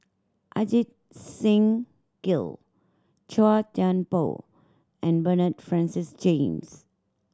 Ajit Singh Gill Chua Thian Poh and Bernard Francis James